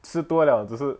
吃多 liao 只是